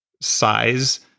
size